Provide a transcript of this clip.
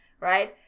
right